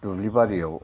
दुब्लि बारियाव